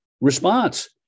response